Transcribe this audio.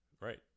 Right